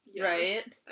right